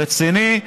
רציני,